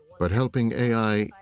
but helping a i.